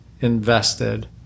invested